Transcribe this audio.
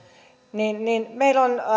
niin niin meillä on